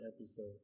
episode